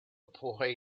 boy